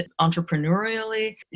entrepreneurially